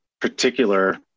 particular